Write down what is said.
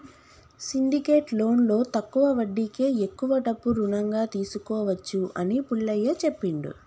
syndicate లోన్లో తక్కువ వడ్డీకే ఎక్కువ డబ్బు రుణంగా తీసుకోవచ్చు అని పుల్లయ్య చెప్పిండు